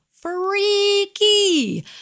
Freaky